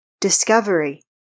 Discovery